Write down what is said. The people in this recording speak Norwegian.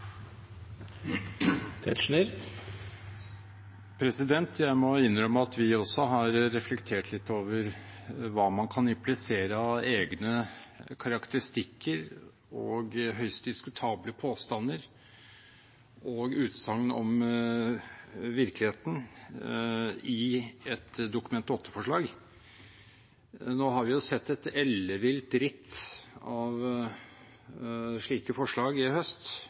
Jeg må innrømme at vi også har reflektert litt over hva man kan implisere av egne karakteristikker og høyst diskutable påstander og utsagn om virkeligheten i et Dokument 8-forslag. Vi har sett et ellevilt ritt av slike forslag i høst,